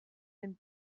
den